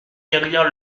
derrière